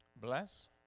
Bless